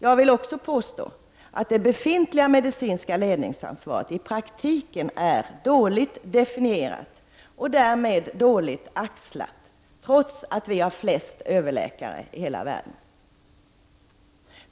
Jag vill också påstå att det befintliga medicinska ledningsansvaret i praktiken är dåligt definierat och därmed dåligt ”axlat”, trots att vi har flest överläkare i hela världen.